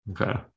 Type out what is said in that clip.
Okay